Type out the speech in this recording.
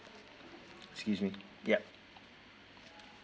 excuse me yup